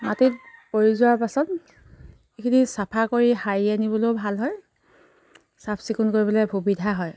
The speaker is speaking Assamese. মাটিত পৰি যোৱাৰ পাছত এইখিনি চাফা কৰি সাৰি আনিবলৈও ভাল হয় চাফ চিকুণ কৰিবলৈ সুবিধা হয়